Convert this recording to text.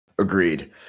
Agreed